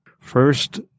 first